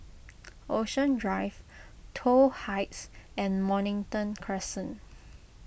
Ocean Drive Toh Heights and Mornington Crescent